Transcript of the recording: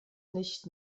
nicht